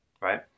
right